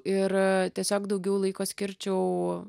ir tiesiog daugiau laiko skirčiau